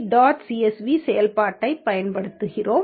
csv செயல்பாட்டைப் பயன்படுத்துகிறோம்